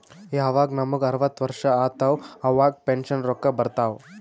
ಯವಾಗ್ ನಮುಗ ಅರ್ವತ್ ವರ್ಷ ಆತ್ತವ್ ಅವಾಗ್ ಪೆನ್ಷನ್ ರೊಕ್ಕಾ ಬರ್ತಾವ್